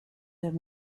them